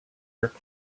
jerk